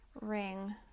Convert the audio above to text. ring